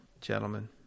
gentlemen